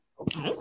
Okay